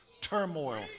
turmoil